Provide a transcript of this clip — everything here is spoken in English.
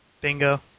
Bingo